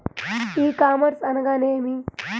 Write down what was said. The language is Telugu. ఈ కామర్స్ అనగానేమి?